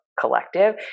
collective